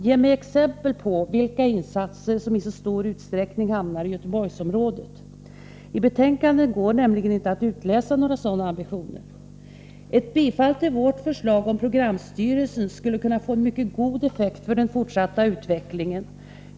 Ge mig exempel på vilka insatser som i så stor utsträckning hamnar i Göteborgsområdet! I betänkandet går det nämligen inte att utläsa några sådana ambitioner. Ett bifall till vårt förslag om programstyrelsen skulle kunna få en mycket god effekt för den fortsatta utvecklingen.